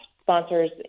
sponsors